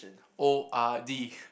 O_R_D